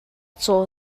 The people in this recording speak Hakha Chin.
caw